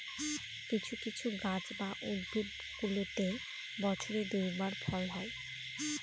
কিছু কিছু গাছ বা উদ্ভিদগুলোতে বছরে দুই বার ফল হয়